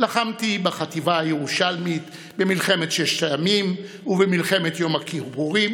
לחמתי בחטיבה הירושלמית במלחמת ששת הימים ובמלחמת יום הכיפורים,